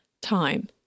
time